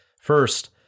First